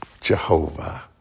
Jehovah